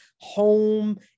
home